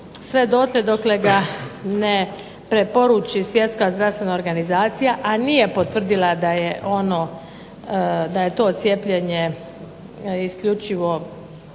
sve dotle dokle ga ne preporuči Svjetska zdravstvena organizacija, a nije potvrdila da je ono, da je to cijepljenje isključivo